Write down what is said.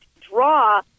draw